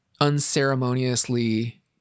unceremoniously